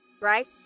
Right